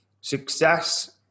success